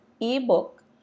ebook